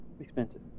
expensive